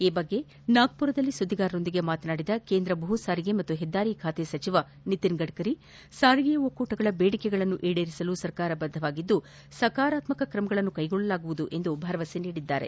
ಈ ಕುರಿತಂತೆ ನಾಗ್ದುರದಲ್ಲಿ ಸುದ್ಲಿಗಾರರೊಂದಿಗೆ ಮಾತನಾಡಿದ ಕೇಂದ್ರ ಭೂ ಸಾರಿಗೆ ಮತ್ತು ಹೆದ್ದಾರಿ ಖಾತೆ ಸಚಿವ ನಿತಿನ್ ಗಡ್ಡರಿ ಸಾರಿಗೆ ಒಕ್ಕೂಟಗಳ ದೇಡಿಕೆಗಳನ್ನು ಈಡೇರಿಸಲು ಸರ್ಕಾರ ಬದ್ದವಾಗಿದ್ದು ಸಕಾರಾತ್ಸಕ ಕ್ರಮಗಳನ್ನು ಕೈಗೊಳ್ಳಲಾಗುವುದು ಎಂದು ಭರವಸೆ ನೀಡಿದ್ದಾರೆ